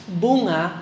bunga